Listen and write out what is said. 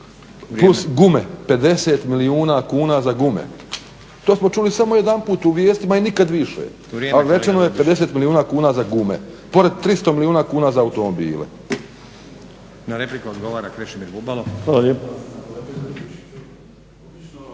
gume 50 milijuna kuna za gume, to smo čuli samo jedanput u vijestima i nikad više a obećano je 50 milijuna kuna za gume pored 300 milijuna kuna za automobile.